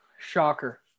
Shocker